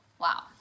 Wow